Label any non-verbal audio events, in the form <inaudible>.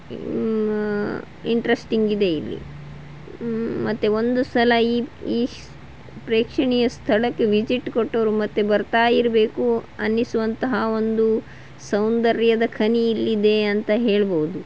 <unintelligible> interesting ಇದೆ ಇಲ್ಲಿ ಮತ್ತು ಒಂದು ಸಲ ಈ ಈ ಪ್ರೇಕ್ಷಣೀಯ ಸ್ಥಳಕ್ಕೆ ವಿಜಿಟ್ ಕೊಟ್ಟೋರು ಮತ್ತು ಬರ್ತಾಯಿರಬೇಕು ಅನಿಸುವಂತಹ ಒಂದು ಸೌಂದರ್ಯದ ಖನಿ ಇಲ್ಲಿದೆ ಅಂತ ಹೇಳ್ಬೋದು